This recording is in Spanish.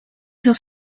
sus